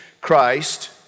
Christ